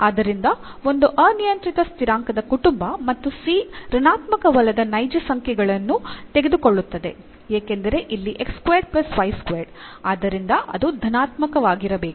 ಆದ್ದರಿಂದ ಒಂದು ಅನಿಯಂತ್ರಿತ ಸ್ಥಿರಾಂಕದ ಕುಟುಂಬ ಮತ್ತು c ಋಣಾತ್ಮಕವಲ್ಲದ ನೈಜ ಸಂಖ್ಯೆಗಳನ್ನು ತೆಗೆದುಕೊಳ್ಳುತ್ತದೆ ಏಕೆಂದರೆ ಇಲ್ಲಿ ಆದ್ದರಿಂದ ಅದು ಧನಾತ್ಮಕವಾಗಿರಬೇಕು